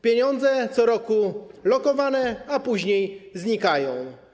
Pieniądze co roku są lokowane, a później znikają.